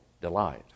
Delight